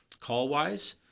Call-wise